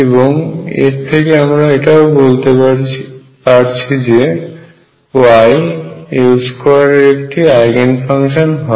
এবং এর থেকে আমরা এটাও বলতে পারছি যে Y L² এর একটি আইগেন ফাংশন হয়